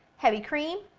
heavy cream,